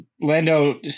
Lando